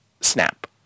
snap